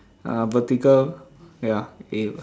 uh vertical ya !ew!